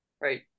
right